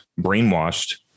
brainwashed